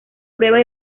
prueba